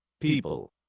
People